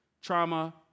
trauma